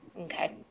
Okay